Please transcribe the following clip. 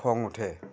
খং উঠে